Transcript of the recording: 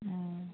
ꯎꯝ